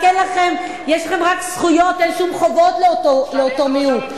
יש לכם רק זכויות, אין שום חובות, לאותו מיעוט.